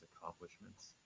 accomplishments